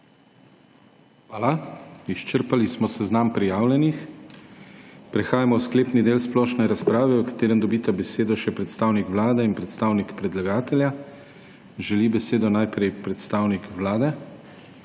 Hvala. Izčrpali smo seznam prijavljenih. Prehajamo v sklepni del splošne razprave, v katerem dobita besedo še predstavnik vlade in predstavnik predlagatelja. Želi besedo najprej predstavnik vlade?